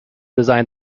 designed